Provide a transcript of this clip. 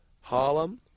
Harlem